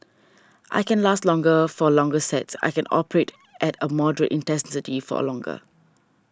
I can last longer for longer sets I can operate at a moderate intensity for longer